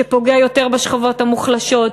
שפוגע יותר בשכבות המוחלשות,